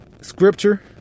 scripture